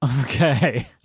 Okay